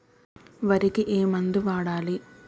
వరికి ఏ మందు వాడాలి?